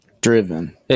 Driven